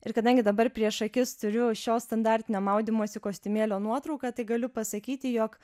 ir kadangi dabar prieš akis turiu šio standartinio maudymosi kostiumėlio nuotrauką tai galiu pasakyti jog